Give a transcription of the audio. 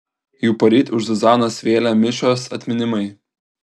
juk poryt už zuzanos vėlę mišios atminimai